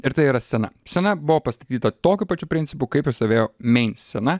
ir tai yra scena scena buvo pastatyta tokiu pačiu principu kaip ir stovėjo meins scena